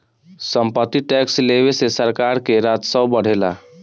सम्पत्ति टैक्स लेवे से सरकार के राजस्व बढ़ेला